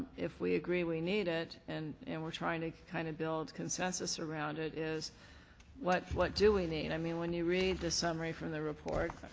if we agree we need it and and we're trying to kind of build consensus around it is what like do we need. i mean when you read the summary from the report,